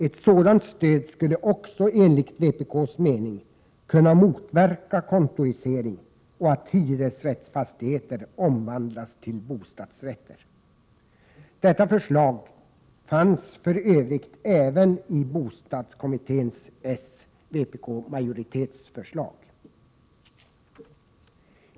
Ett sådant stöd skulle också enligt vpk:s mening kunna motverka kontorisering och att hyresrättsfastigheter omvandlas till bostadsrätter. Detta föreslog för övrigt även bostadskommitténs s—-vpk-majoritet.